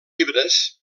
llibres